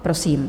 Prosím.